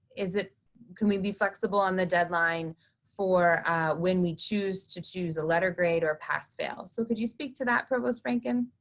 is it can we be flexible on the deadline for when we choose to choose a letter grade or pass fail. so could you speak to that, provost rankin?